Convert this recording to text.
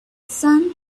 sun